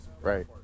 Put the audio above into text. Right